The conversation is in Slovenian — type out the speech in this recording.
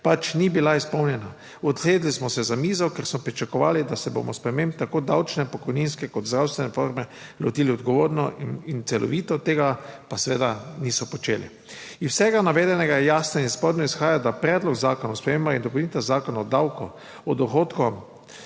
pač ni bila izpolnjena. Usedli smo se za mizo, ker smo pričakovali, da se bomo sprememb tako davčne, pokojninske kot zdravstvene reforme lotili odgovorno in celovito, tega pa seveda niso počeli. Iz vsega navedenega je jasno in sporno izhaja, da Predlog zakona o spremembah in dopolnitvah Zakona o davku od dohodkov